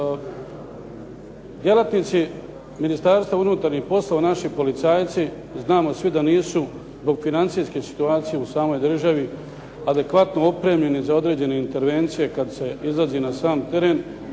Djelatnici Ministarstva unutarnjih poslova, naši policajci znamo svi da nisu zbog financijske situacije u samoj državi adekvatno opremljeni za određene intervencije kada se izlazi na sam teren,